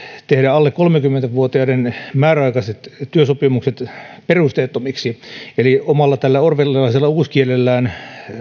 tehdä alle kolmekymmentä vuotiaiden määräaikaiset työsopimukset perusteettomiksi eli tällä omalla orwellilaisella uuskielellään